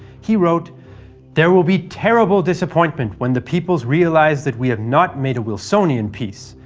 he wrote there will be terrible disappointment, when the peoples realise that we have not made a wilsonian peace,